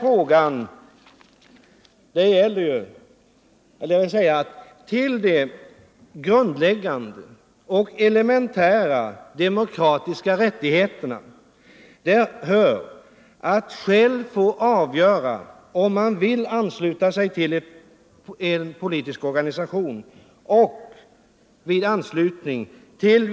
Och till de grundläggande och elementära demokratiska rättigheterna hör att själv få avgöra om man vill ansluta sig till en politisk organisation eller inte och